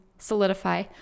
solidify